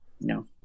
no